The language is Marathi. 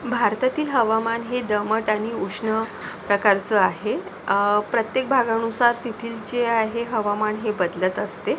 भारतातील हवामान हे दमट आणि उष्ण प्रकारचं आहे प्रत्येक भागानुसार तेथील जे आहे हवामान हे बदलत असते